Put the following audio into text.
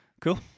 Cool